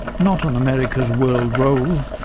not on america's world role,